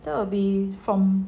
that will be from